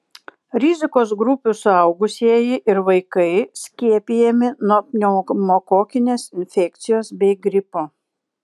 rizikos grupių suaugusieji ir vaikai skiepijami nuo pneumokokinės infekcijos bei gripo